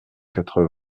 quatre